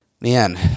man